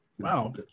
Wow